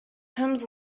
comes